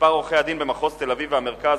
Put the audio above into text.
מספר עורכי-הדין במחוז תל-אביב והמרכז